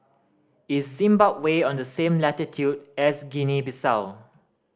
is Zimbabwe on the same latitude as Guinea Bissau